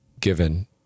given